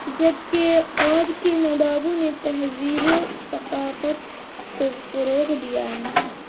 جبکہ اودھ کے نوابوں نے تہذیب و ثقافت کو فروغ دیا ہے